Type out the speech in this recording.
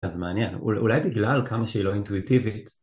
זה מעניין, אולי בגלל כמה שהיא לא אינטואיטיבית.